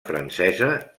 francesa